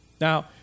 Now